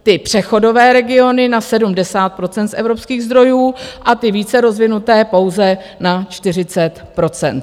Ty přechodové regiony na 70 % z evropských zdrojů a ty více rozvinuté pouze na 40 %.